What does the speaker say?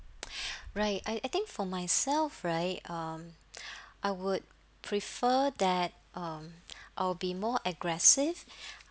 right I I think for myself right um I would prefer that um I'll be more aggressive